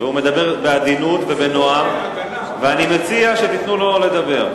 והוא מדבר בעדינות ובנועם ואני מציע שתיתנו לו לדבר.